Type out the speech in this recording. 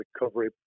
recovery